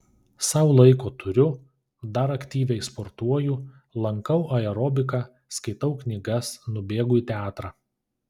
sau laiko turiu dar aktyviai sportuoju lankau aerobiką skaitau knygas nubėgu į teatrą